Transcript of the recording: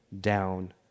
down